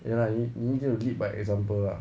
ya lah you you need to lead by example lah